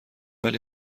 ولی